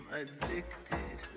addicted